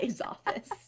office